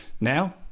Now